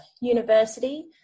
university